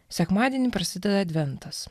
sekmadienį prasideda adventas